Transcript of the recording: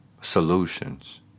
solutions